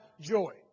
joy